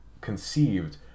conceived